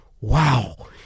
Wow